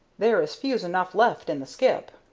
there is fuse enough left in the skip.